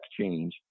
change